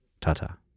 Ta-ta